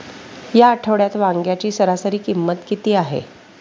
या आठवड्यात वांग्याची सरासरी किंमत किती आहे?